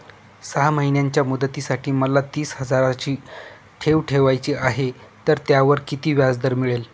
सहा महिन्यांच्या मुदतीसाठी मला तीस हजाराची ठेव ठेवायची आहे, तर त्यावर किती व्याजदर मिळेल?